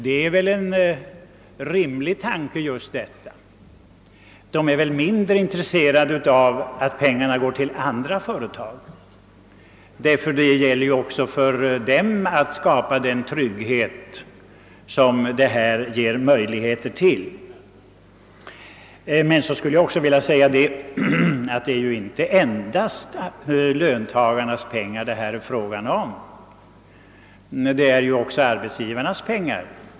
Det är väl en rimlig tanke; de är förmodligen mindre intresserade av att pengarna går till andra företag. Även för dem gäller det att skapa den trygghet som detta förslag ger möjlighet till. Men jag vill också framhålla att det inte endast är fråga om löntagarnas pengar — det är också i ganska stor utsträckning arbetsgivarnas pengar.